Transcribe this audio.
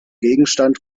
gegenstand